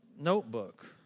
notebook